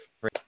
free